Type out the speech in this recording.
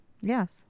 Yes